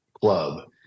club